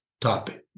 topic